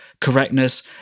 correctness